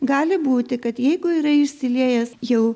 gali būti kad jeigu yra išsiliejęs jau